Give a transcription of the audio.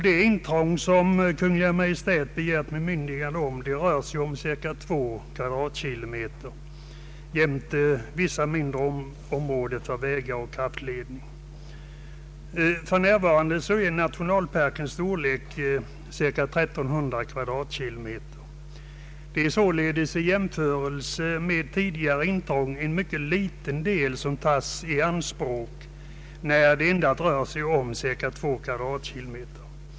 Det intrång som Kungl. Maj:t begär bemyndigande till rör sig om cirka 2 kvadratkilometer jämte vissa mindre vägar och kraftledningar. För närvarande är naturparkens storlek cirka 1300 kvadratkilometer. Det är alltså i jämförelse med tidigare intrång en mycket liten del som skall tas i anspråk, när det endast rör sig om cirka 2 kvadratkilometer.